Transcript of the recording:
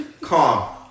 calm